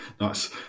Nice